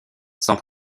sans